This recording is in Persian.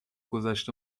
گذشت